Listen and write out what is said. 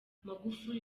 magufuli